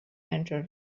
enter